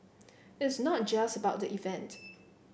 it's not just about the event